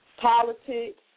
Politics